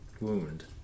wound